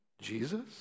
Jesus